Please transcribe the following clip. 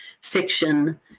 fiction